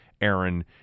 Aaron